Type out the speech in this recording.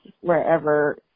wherever